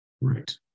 Right